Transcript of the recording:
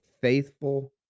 faithful